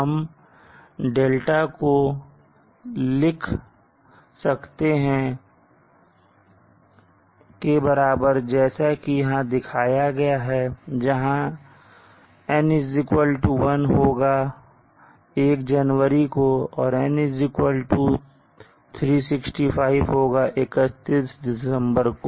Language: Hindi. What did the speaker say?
हम δ को लिख सकते हैं 2345 x sine 2π365 के बराबर जैसा यहां दिखाया गया है जहां N1 होगा 1 जनवरी को और N365 होगा 31दिसंबर को